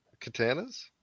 katanas